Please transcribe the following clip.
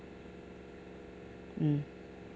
mm